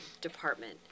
department